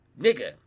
Nigga